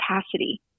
capacity